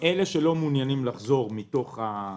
מעוניינים לחזור מתוך האחוז.